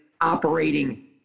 operating